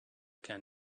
can